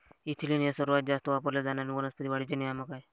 ethylene हे सर्वात जास्त वापरले जाणारे वनस्पती वाढीचे नियामक आहे